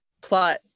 plot